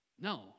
No